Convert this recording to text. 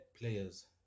players